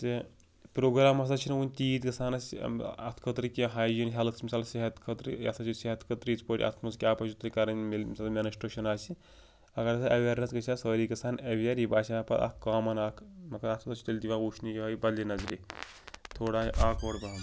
تہٕ پرٛوگرٛام ہسا چھِنہٕ وُنہِ تیٖتۍ گژھان اسہِ اَتھ خٲطرٕ کیٚنٛہہ ہایجیٖن ہیٚلتھ مِثال صحت خٲطرٕ یہِ ہسا چھُ صحت خٲطرٕ یِتھ پٲٹھۍ اَتھ منٛز کیاہ پَزِیو تۄہہِ کَرٕنۍ ییٚمہِ ساتہٕ میٚنِسٹرٛیشن آسہِ اَگر ہسا ایٚویرنیٚس گژھہِ ہا سٲری گژھہٕ ہان ایٚویَر یہِ باسہِ ہا پَتہٕ اکھ کامَن اکھ مگر اَتھ ہسا چھُ تیٚلہِ تہِ یِوان وُچھنہٕ یِہٲے بدلہِ نظرِ تھوڑا آکوارڑ پہم